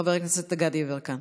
חבר הכנסת גדי יברקן.